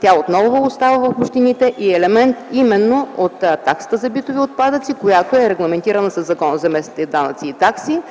Тя отново остава в общините и е елемент именно от таксата за битови отпадъци, която е регламентирана със Закона за местните данъци и такси.